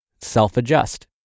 self-adjust